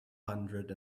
hundred